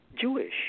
Jewish